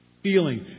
Feeling